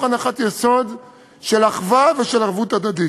הנחת יסוד של אחווה ושל ערבות הדדית.